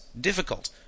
difficult